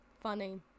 Funny